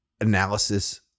analysis